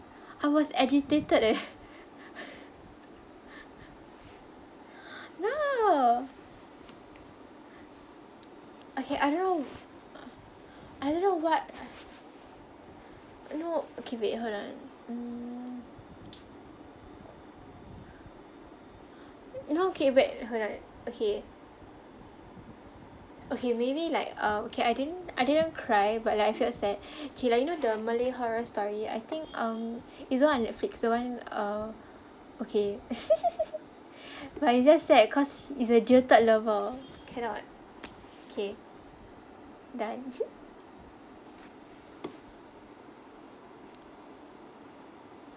I was agitated eh no okay I don't know I don't know what no okay wait hold on mm okay wait hold on okay okay maybe like uh okay I didn't I didn't cry but like felt sad okay like you know the malay horror story I think um it's the one on Netflix the one uh okay but it's just that cause it's a jilted lover cannot okay done